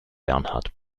bernhard